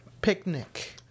picnic